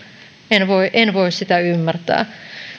en voi en voi sitä ymmärtää